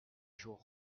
jour